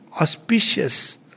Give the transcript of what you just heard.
Auspicious